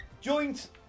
Joint